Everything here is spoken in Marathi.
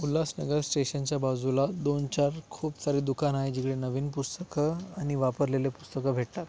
उल्हासनगर स्टेशनच्या बाजूला दोनचार खूप सारे दुकानं आहे जिकडे नवीन पुस्तकं आणि वापरलेले पुस्तकं भेटतात